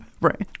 right